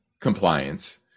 compliance